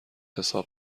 حساب